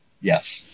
Yes